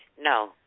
No